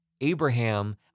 Abraham